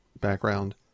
background